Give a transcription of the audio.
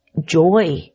joy